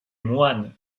moines